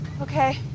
Okay